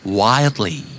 wildly